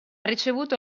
ricevuto